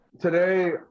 today